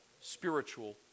spiritual